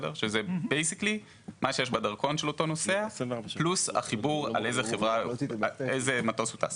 שזה מה שיש בדרכון של אותו נוסע פלוס החיבור על איזה מטוס הוא טס.